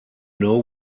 know